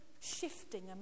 shifting